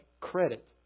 credit